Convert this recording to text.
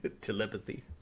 Telepathy